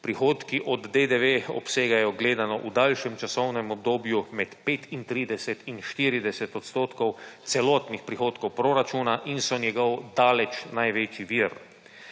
prihodki od DDV obsegajo gledano v daljšem časovnem obdobju med 35 in 40 % celotnih prihodkov proračuna in so njegov daleč največji vir.